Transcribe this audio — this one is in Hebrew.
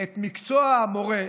את מקצוע המורה,